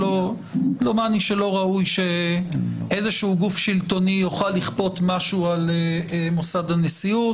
דומני שלא ראוי שאיזשהו גוף שלטוני יוכל לכפות משהו על מוסד הנשיאות.